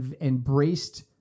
embraced